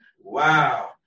Wow